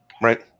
right